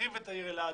להרחיב את העיר אלעד.